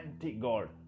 anti-God